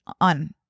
On